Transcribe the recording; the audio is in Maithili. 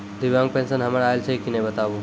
दिव्यांग पेंशन हमर आयल छै कि नैय बताबू?